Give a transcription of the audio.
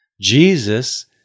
Jesus